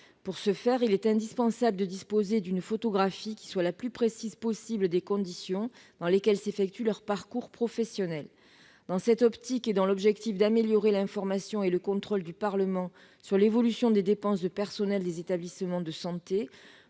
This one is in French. Pour ce faire, il est indispensable de disposer d'une photographie la plus précise possible des conditions dans lesquelles s'effectue leur parcours professionnel. Dans cette optique et dans l'objectif d'améliorer l'information et le contrôle du Parlement sur l'évolution des dépenses de personnels des établissements de santé,